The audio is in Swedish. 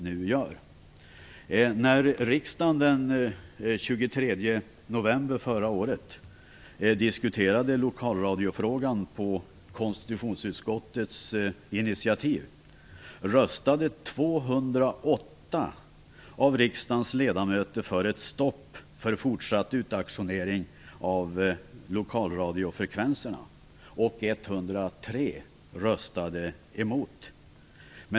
När riksdagen den 23 november förra året diskuterade lokalradiofrågan på konstitutionsutskottets initiativ, röstade 208 av riksdagens ledamöter för ett stopp för fortsatt utauktionering av lokalradiofrekvenserna, och 103 ledamöter röstade emot.